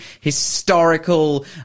historical